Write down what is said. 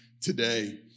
today